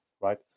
right